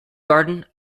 garden